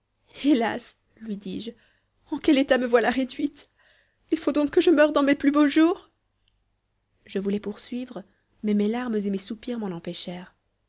hélas lui dis-je en quel état me voilà réduite il faut donc que je meure dans mes plus beaux jours je voulais poursuivre mais mes larmes et mes soupirs m'en